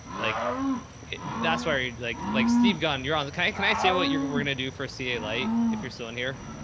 like that's why like, like steve gunn, you're on the kind of, can i say what we're going to do for ca light? if you're still in here,